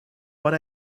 but